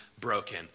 broken